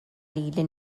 lili